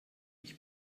ich